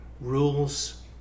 rules